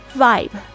vibe